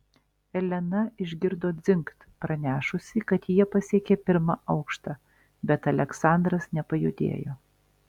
elena išgirdo dzingt pranešusį kad jie pasiekė pirmą aukštą bet aleksandras nepajudėjo